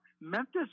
memphis